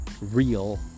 real